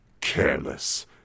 careless